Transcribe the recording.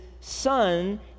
son